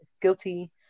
Guilty